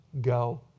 go